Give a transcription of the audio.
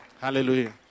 Hallelujah